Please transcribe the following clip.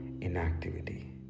inactivity